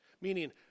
Meaning